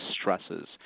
stresses